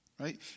Right